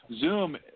Zoom